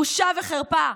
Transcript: בושה וחרפה.